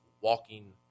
walking